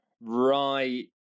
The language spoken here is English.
right